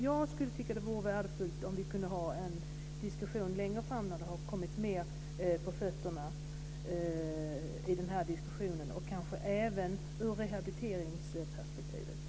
Jag skulle tycka att det vore värdefullt om vi kunde ha en diskussion längre fram när vi har fått mer på fötterna i den här diskussionen, kanske även ur rehabiliteringsperspektivet.